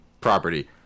property